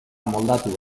moldatu